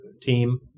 team